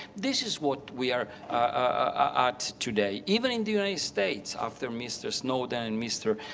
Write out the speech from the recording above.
this is what we are at today. even in the united states, after mr. snowden and mr.